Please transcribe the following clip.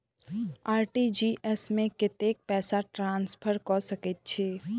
RTGS मे कतेक पैसा ट्रान्सफर कऽ सकैत छी?